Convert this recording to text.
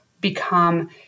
become